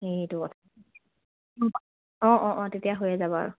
সেইটো কথা অঁ অঁ অঁ তেতিয়া হৈয়ে যাব আৰু